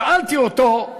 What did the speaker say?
שאלתי אותו: